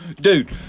Dude